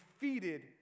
defeated